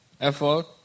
effort